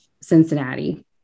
Cincinnati